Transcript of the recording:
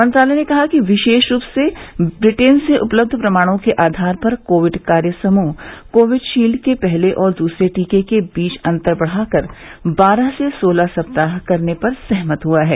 मंत्रालय ने कहा कि विशेष रूप से ब्रिटेन से उपलब्ध प्रमाणों के आधार पर कोविड कार्य समूह कोविशील्ड के पहले और दूसरे टीके के बीच अंतर बढाकर बारह से सोलह सप्ताह करने पर सहमत हुआ है